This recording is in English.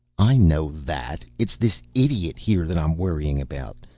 i know that it's this idiot here that i'm worrying about.